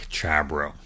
Chabro